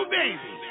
baby